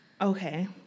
Okay